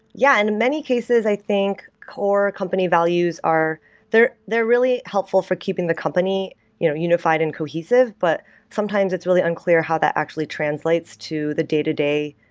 yeah. and many cases, i think core company values are they're they're really helpful for keeping the company unified and cohesive, but sometimes it's really unclear how that actually translates to the day-to-day